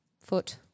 foot